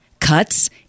cuts